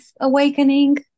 awakening